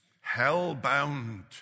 hell-bound